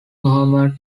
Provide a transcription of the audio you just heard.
muhammad